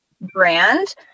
brand